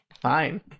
Fine